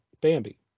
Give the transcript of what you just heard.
Bambi